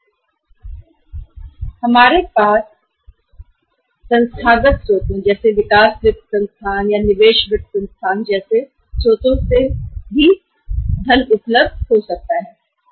उसके बाद हमारे पास संस्थागत स्रोतों या विकास वित्त संस्थान या निवेश वित्त संस्थान से उपलब्ध धन हो सकता है